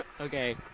okay